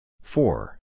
Four